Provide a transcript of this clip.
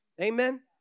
Amen